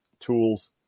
tools